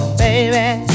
Baby